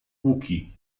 łuki